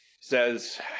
says